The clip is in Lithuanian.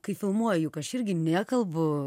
kai filmuoju juk aš irgi nekalbu